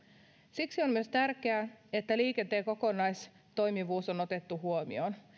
siksi on myös tärkeää että liikenteen kokonaistoimivuus on otettu huomioon